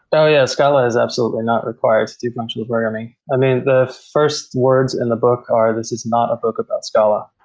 oh, yeah, scala is absolutely not required to do functional programming. i mean, the first words in the book are this is not a book about scala.